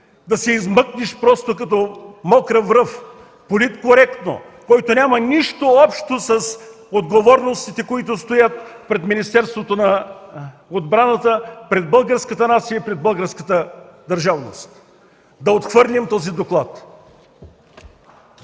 да се измъкнеш като мокра връв, политкоректно, който няма нищо общо с отговорностите, които стоят пред Министерството на отбраната, пред българската нация и пред българската държавност! Да отхвърлим този доклад.